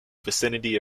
vicinity